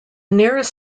nearest